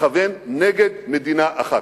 לכוון נגד מדינה אחת.